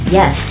Yes